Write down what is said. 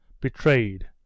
betrayed